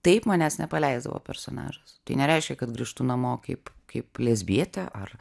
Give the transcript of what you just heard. taip manęs nepaleisdavo personažas tai nereiškia kad grįžtu namo kaip kaip lesbietė ar